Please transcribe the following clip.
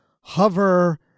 hover